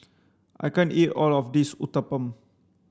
I can't eat all of this Uthapam